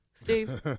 Steve